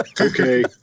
Okay